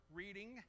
reading